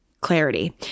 clarity